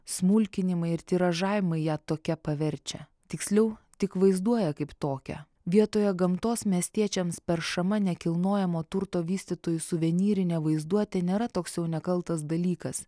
smulkinimai ir tiražavimai ją tokia paverčia tiksliau tik vaizduoja kaip tokią vietoje gamtos miestiečiams peršama nekilnojamo turto vystytojų suvenyrinė vaizduotė nėra toks jau nekaltas dalykas